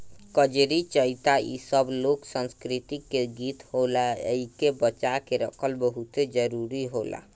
कजरी, चइता इ सब लोक संस्कृति के गीत होला एइके बचा के रखल बहुते जरुरी होखेला